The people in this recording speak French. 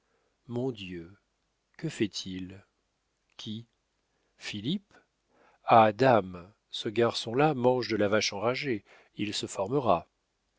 mon dieu que fait-il qui philippe ah dam ce garçon-là mange de la vache enragée il se formera